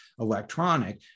electronic